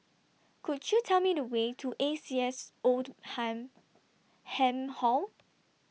two